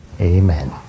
Amen